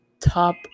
top